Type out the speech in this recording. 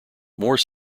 more